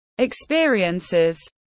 experiences